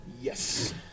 Yes